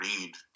read